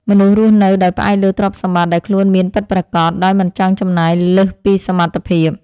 មនុស្សរស់នៅដោយផ្អែកលើទ្រព្យសម្បត្តិដែលខ្លួនមានពិតប្រាកដដោយមិនចង់ចំណាយលើសពីសមត្ថភាព។